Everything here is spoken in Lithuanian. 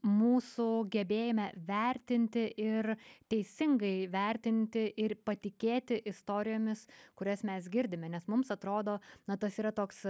mūsų gebėjime vertinti ir teisingai vertinti ir patikėti istorijomis kurias mes girdime nes mums atrodo na tas yra toks